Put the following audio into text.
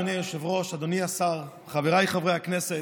אדוני היושב-ראש, אדוני השר, חבריי חברי הכנסת,